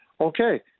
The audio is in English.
Okay